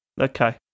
Okay